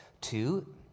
Two